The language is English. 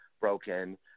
broken